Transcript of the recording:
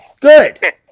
good